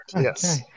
Yes